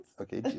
Okay